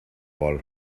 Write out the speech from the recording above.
vol